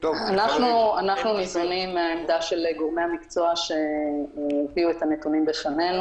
אנחנו ניזונים מהעמדה של גורמי המקצוע שהביאו את הנתונים בפנינו.